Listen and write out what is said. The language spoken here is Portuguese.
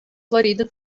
florido